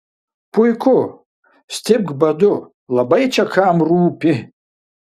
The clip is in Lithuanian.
puiku stipk badu labai čia kam rūpi